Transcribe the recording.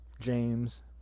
James